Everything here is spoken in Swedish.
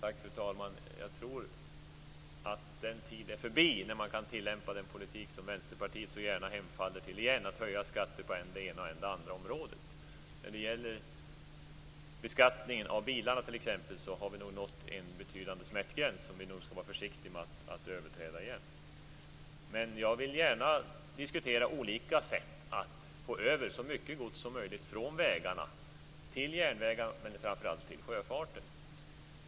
Fru talman! Jag tror att den tid är förbi när man kan tillämpa den politik som Vänsterpartiet så gärna hemfaller till igen, nämligen att höja skatter på än det ena och än det andra området. När det gäller t.ex. beskattningen av bilarna har vi nog nått en betydande smärtgräns, som vi skall vara försiktiga med att överträda igen. Jag vill gärna diskutera olika sätt att få över så mycket gods som möjligt från vägarna till järnvägarna men framför allt till sjöfarten.